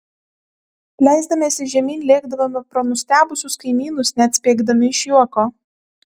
leisdamiesi žemyn lėkdavome pro nustebusius kaimynus net spiegdami iš juoko